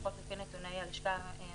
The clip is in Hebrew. לפחות לפי נתוני הלשכה המרכזית